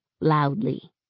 loudly